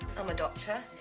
i'm a doctor.